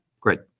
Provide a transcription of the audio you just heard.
Great